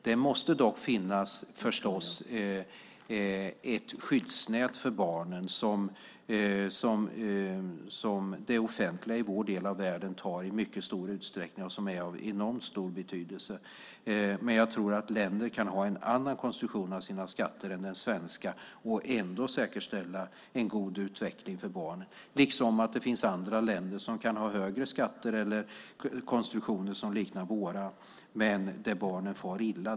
Det måste dock finnas ett skyddsnät för barnen som det offentliga i vår del av världen i mycket stor utsträckning tar ansvar för och som är av enormt stor betydelse. Men jag tror att länder kan ha en annan konstruktion av sina skatter än den svenska och ändå säkerställa en god utveckling för barn. Det finns också länder som kan ha högre skatter eller konstruktioner som liknar våra, men där barnen far illa.